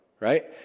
right